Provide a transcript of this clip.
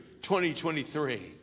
2023